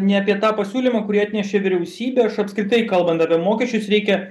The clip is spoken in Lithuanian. ne apie tą pasiūlymą kurį atnešė vyriausybė aš apskritai kalbant apie mokesčius reikia